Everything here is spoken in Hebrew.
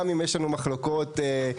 גם אם יש לנו מחלוקות קשות;